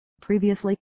Previously